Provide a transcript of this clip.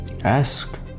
ask